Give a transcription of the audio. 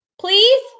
please